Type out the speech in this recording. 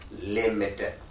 limited